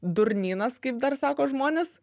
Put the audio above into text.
durnynas kaip dar sako žmonės